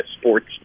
sports